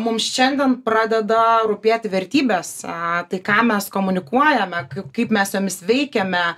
mums šiandien pradeda rūpėti vertybės a tai ką mes komunikuojame kaip mes jomis veikiame